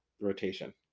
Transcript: rotation